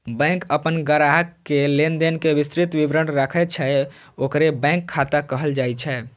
bank अपन ग्राहक के लेनदेन के विस्तृत विवरण राखै छै, ओकरे बैंक खाता कहल जाइ छै